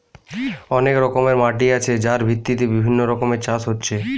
অনেক রকমের মাটি আছে যার ভিত্তিতে বিভিন্ন রকমের চাষ হচ্ছে